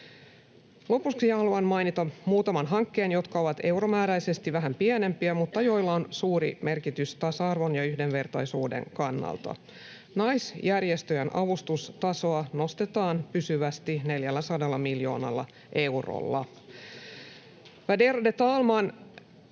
Lopuksi haluan mainita muutaman hankkeen, jotka ovat euromääräisesti vähän pienempiä mutta joilla on suuri merkitys tasa-arvon ja yhdenvertaisuuden kannalta. Naisjärjestöjen avustustasoa nostetaan pysyvästi 400 miljoonalla eurolla.